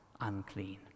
unclean